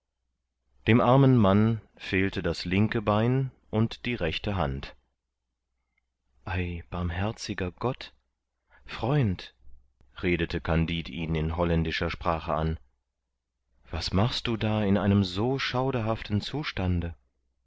dem armen mann fehlte das linke bein und die rechte hand ei barmherziger gott freund redete kandid ihn in holländischer sprache an was machst du da in einem so schauderhaften zustande